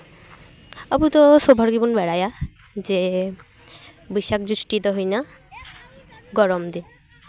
ᱟᱵᱚ ᱫᱚ ᱥᱚᱵ ᱦᱚᱲ ᱜᱮᱵᱚᱱ ᱵᱟᱲᱟᱭᱟ ᱡᱮ ᱵᱟᱹᱭᱥᱟᱹᱠ ᱡᱚᱥᱴᱤ ᱫᱚ ᱦᱩᱭᱱᱟ ᱜᱚᱨᱚᱢ ᱫᱤᱱ